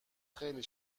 خیلی